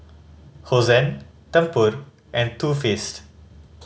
Hosen Tempur and Too Faced